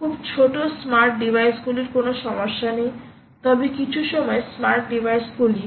খুব ছোট স্মার্ট ডিভাইসগুলির কোনও সমস্যা নেই তবে কিছু সময় স্মার্ট ডিভাইসগুলি